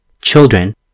children